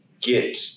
get